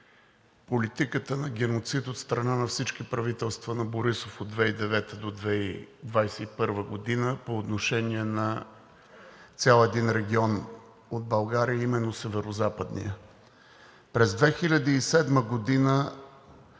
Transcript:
политиката на геноцид от страна на всички правителства на Борисов от 2009-а до 2021 г. по отношение на цял един регион от България, а именно Северозападния. През 2007 г.